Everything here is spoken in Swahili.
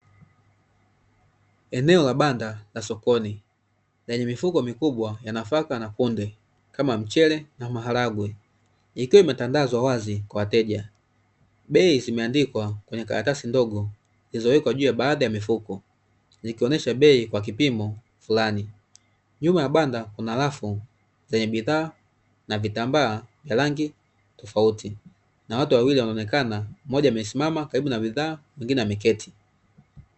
Eneo la banda la sokoni, lenye mifuko mikubwa ya nafaka na kunde, kama mchele na maharage; yakiwa yametandazwa wazi kwa wateja. Bei zimeandikwa kwenye karatasi ndogo zilizowekwa juu ya baadhi ya mifuko, zikionyesha bei kwa kipimo fulani. Nyuma ya banda kuna rafu zenye bidhaa na vitambaa vya rangi tofauti, na watu wawili wanaonekana, mmoja amesimama karibu na bidhaa mwingine ameketi.